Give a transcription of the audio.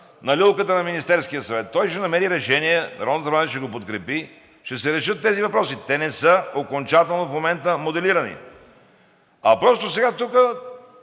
на люлката на Министерския съвет. Той ще намери решение, Народното събрание ще го подкрепи, ще се решат тези въпроси. Те не са окончателно в момента моделирани. Аз даже